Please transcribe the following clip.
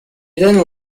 then